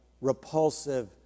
repulsive